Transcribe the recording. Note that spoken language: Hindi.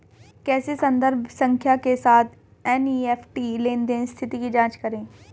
कैसे संदर्भ संख्या के साथ एन.ई.एफ.टी लेनदेन स्थिति की जांच करें?